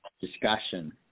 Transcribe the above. discussion